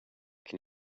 can